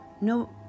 no